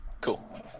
cool